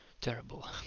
terrible